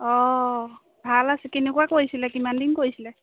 অ ভাল আছে কেনেকুৱা কৰিছিলে কিমান দিন কৰিছিলে